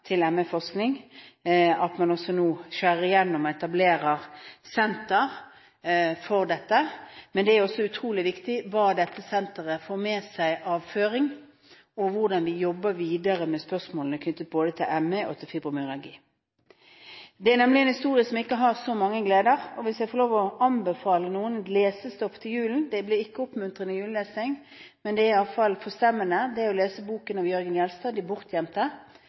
ME-forskning, og at man også nå skjærer igjennom og etablerer et senter for dette. Men det er også utrolig viktig hva dette senteret får med seg av føring, og hvordan vi jobber videre med spørsmålene knyttet til både ME og fibromyalgi. Det er nemlig en historie uten så mange gleder. Hvis jeg får lov til å anbefale lesestoff i julen – det blir ikke oppmuntrende julelesning, det er forstemmende – så er det å lese boken av Jørgen Jelstad, De